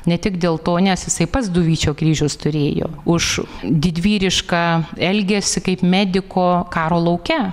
ne tik dėl to nes jisai pats du vyčio kryžius turėjo už didvyrišką elgesį kaip mediko karo lauke